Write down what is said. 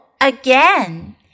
again